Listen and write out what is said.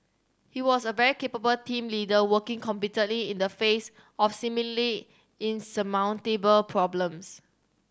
he was a very capable team leader working competently in the face of seemingly insurmountable problems